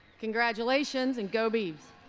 congratulations! and go beavs.